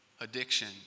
addiction